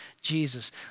Jesus